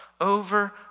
over